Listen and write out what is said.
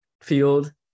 field